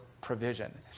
provision